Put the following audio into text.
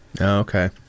okay